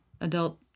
adult